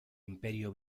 imperio